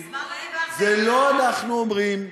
זה לא אנחנו אומרים.